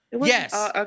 Yes